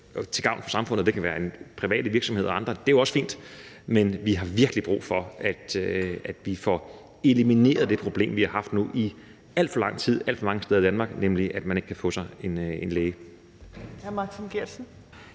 til gavn for samfundet. Det kan være i private virksomheder og andre steder. Det er jo også fint. Men vi har virkelig brug for, at vi får elimineret det problem, vi har haft nu i alt for lang tid alt for mange steder i Danmark, nemlig det, at man ikke kan få en praktiserende